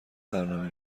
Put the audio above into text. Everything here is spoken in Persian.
برنامه